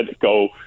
go